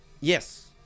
Yes